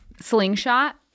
slingshot